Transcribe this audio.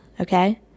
okay